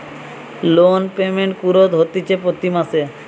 loan payment কুরঢ হতিছে প্রতি মাসে